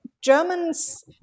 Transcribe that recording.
Germans